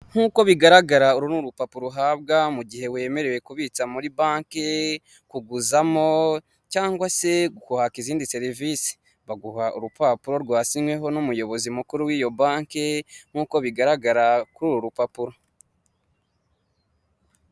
Ni akazu ka emutiyene k'umuhondo, kariho ibyapa byinshi mu bijyanye na serivisi zose za emutiyene, mo imbere harimo umukobwa, ubona ko ari kuganira n'umugabo uje kumwaka serivisi.